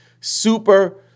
super